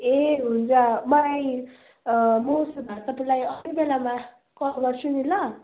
ए हुन्छ मलाई म उसो भए तपाईँलाई आउने बेलामा कल गर्छु नि ल